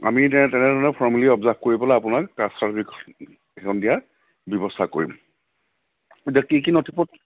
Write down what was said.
আমি তেনেধৰণে formality observe কৰিবলে আপোনাক কাষ্ট চাৰ্টিফিকেটখন দিয়াৰ ব্যৱস্থা কৰিম এতিয়া কি কি নথি পত্ৰ